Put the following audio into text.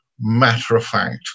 matter-of-fact